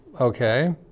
okay